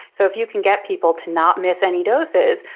so if you can get people to not miss any doses,